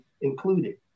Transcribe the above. included